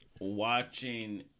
watching